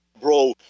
Bro